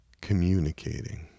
communicating